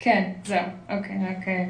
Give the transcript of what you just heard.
בבקשה.